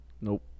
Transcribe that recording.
Nope